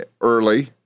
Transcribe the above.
early